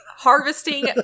harvesting